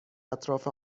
اطراف